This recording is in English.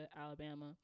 Alabama